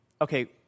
Okay